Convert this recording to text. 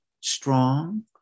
Strong